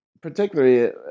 particularly